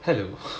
hello